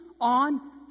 on